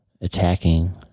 attacking